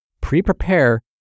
pre-prepare